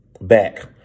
back